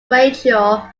rachael